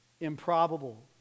Improbable